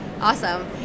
Awesome